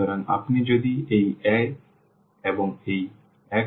সুতরাং আপনি যদি এই A এবং এই x গুণ করেন